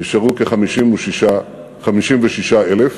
נשארו כ-56,000.